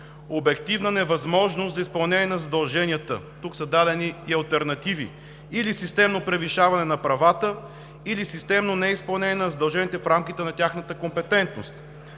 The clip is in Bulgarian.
обективна невъзможност за изпълнение на задълженията. Тук са дадени и алтернативи – или системно превишаване на правата, или системно неизпълнение на задълженията в рамките на тяхната компетентност.